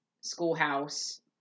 Schoolhouse